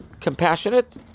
compassionate